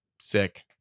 sick